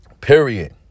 period